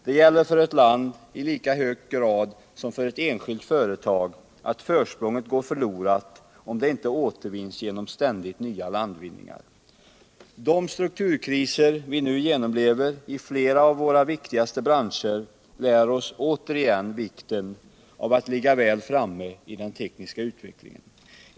Det gäller för ett land, i lika hög grad som för ett enskilt företag, att försprånget går förlorat om det inte återvinns genom ständigt nya landvinningar. De strukturkriser vi nu genomlever i flera av våra viktigaste branscher lär oss återigen vikten av att ligga väl framme i den tekniska utvecklingen.